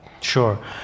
Sure